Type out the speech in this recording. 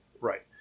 Right